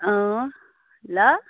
अँ ल